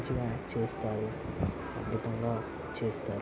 మంచిగా చేస్తారు అద్భుతంగా చేస్తారు